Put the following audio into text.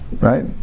Right